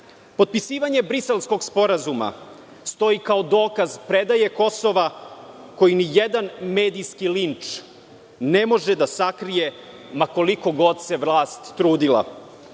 Briselskog sporazuma stoji kao dokaz predaje Kosova koji nijedan medijski linč ne može da sakrije, ma koliko god se vlast trudila.